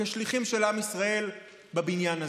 כשליחים של עם ישראל בבניין הזה.